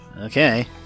okay